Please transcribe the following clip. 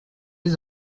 les